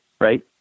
right